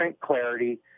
clarity